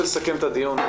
לסכם את הדיון.